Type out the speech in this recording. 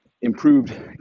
improved